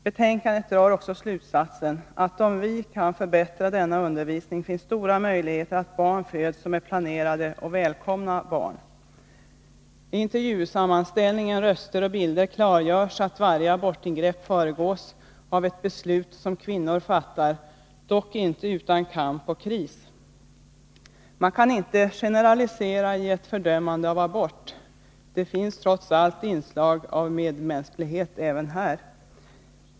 Betänkandet drar också slutsatsen att om vi kan förbättra denna undervisning, finns stora möjligheter att barn föds som är planerade och välkomna barn. I intervjusammanställningen Röster och bilder klargörs att varje abortingrepp föregås av ett beslut som kvinnan fattar — dock inte utan kamp och kris. Man kan inte generalisera i ett fördömande av abort. Det finns trots allt ett inslag av medmänsklighet även här.